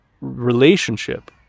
relationship